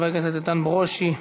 חבר הכנסת איתן ברושי.